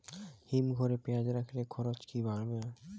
হিম ঘরে পেঁয়াজ রাখলে খরচ কি পড়বে?